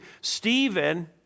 Stephen